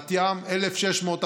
בת ים 1,647,